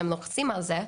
כשלוחצים על הערוץ הרשמי,